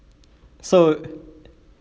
so